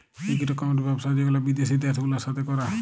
ইক রকমের ব্যবসা যেগুলা বিদ্যাসি দ্যাশ গুলার সাথে ক্যরে